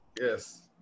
yes